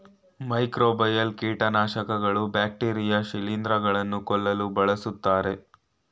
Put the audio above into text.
microbial ಕೀಟನಾಶಕಗಳು bacteria ಶಿಲಿಂದ್ರ ಗಳನ್ನು ಕೊಲ್ಲಲು ಬಳ್ಸತ್ತರೆ